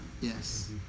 Yes